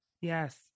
Yes